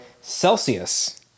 celsius